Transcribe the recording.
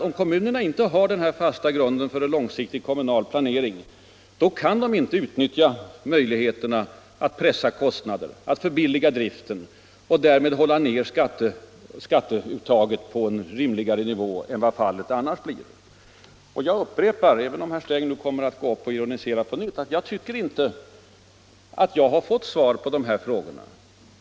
Om kommunerna inte har den fasta grunden för en långsiktig planering, kan de inte heller utnyttja möjligheterna att pressa kostnader, att förbilliga driften och därmed hålla skatteuttaget på en rimligare nivå än vad fallet annars blir. Jag upprepar —- även om herr Sträng nu kommer att gå upp och ironisera på nytt — att jag inte tycker att jag har fått svar på de här frågorna.